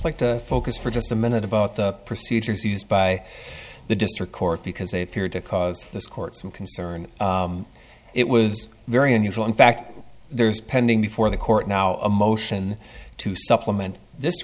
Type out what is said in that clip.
like to focus for just a minute about the procedures used by the district court because they appeared to cause this court some concern it was very unusual in fact there's pending before the court now a motion to supplement this